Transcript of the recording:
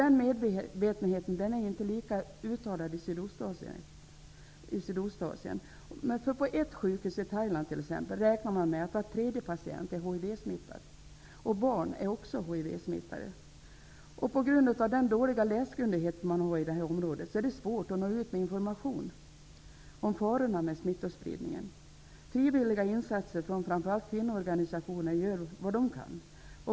Den medvetenheten är inte lika uttalad i Sydostasien. På ett sjukhus i Thailand räknar man t.ex. med att var tredje patient är HIV-smittad, och också barn är HIV-smittade. På grund av den dåliga läskunnigheten i området är det svårt att nå ut med information om farorna med smittospridningen. Framför allt kvinnoorganisationer gör genom frivilliga insatser vad de kan.